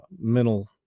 mental